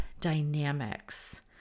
dynamics